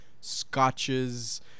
scotches